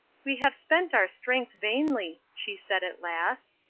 we have spent our strength vainly, she said, at last.